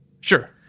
Sure